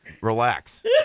Relax